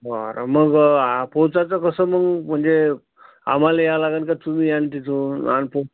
बरं मग पोचायचं कसं मग म्हणजे आम्हाला यावं लागेल का तुम्ही याल तिथून आणतो